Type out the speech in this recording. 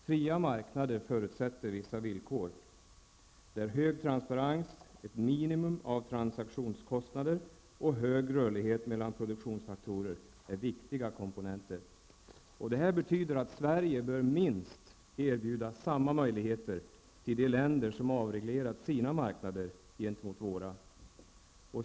Fria marknader förutsätter vissa villkor, där hög transparens, ett minimum av transaktionskostnader och hög rörlighet mellan produktionsfaktorer är viktiga komponenter. Detta betyder att Sverige bör erbjuda minst samma möjligheter till de länder som avreglerat sina marknader gentemot våra.